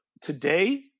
today